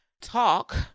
talk